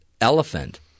elephant